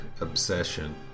obsession